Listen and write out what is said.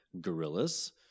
gorillas